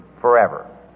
forever